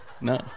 no